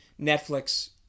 netflix